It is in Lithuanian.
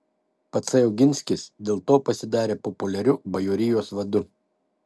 patsai oginskis dėl to pasidarė populiariu bajorijos vadu